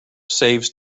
saves